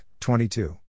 22